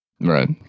right